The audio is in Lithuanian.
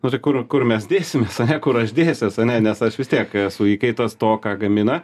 nu tai kur kur mes dėsimės ane kur aš dėsiuos ane nes aš vis tiek esu įkaitas to ką gamina